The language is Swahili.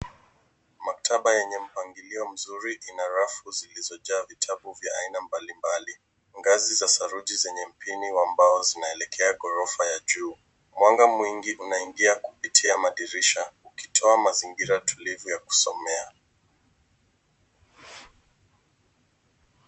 Maktaba yenye mpangilio mzuri ina rafu zilizojaa vitabu vya aina mbalimbali. Ngazi za saruji zenye mpini wa mbao zinaelekea ghorofa ya juu. Mwanga mwingi unaingia kupitia madirisha ukitoa mazingira tulivu ya kusomea.